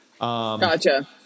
Gotcha